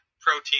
protein